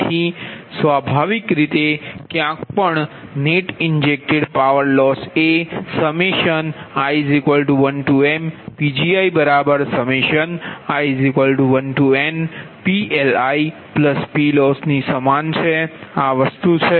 તેથી સ્વાભાવિક રીતે ક્યાંય પણ નેટ ઇન્જેક્ટેડ પાવર લોસ એ i1mPgii1nPLiPloss ની સમાન છે આ વસ્તુ છે